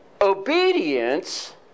obedience